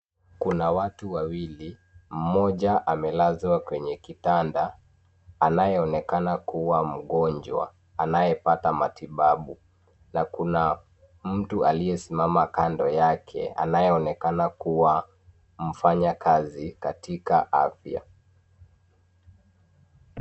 Kuna watu wawili, mmoja amelazwa kwenye kitanda, anayeonekana kuwa mgonjwa anayepata matibabu na kuna mtu aliyesimama kando yake anayeonekana kuwa mfanyakazi katika afya.